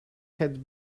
had